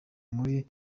muri